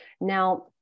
Now